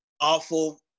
awful